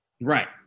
right